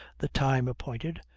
the time appointed,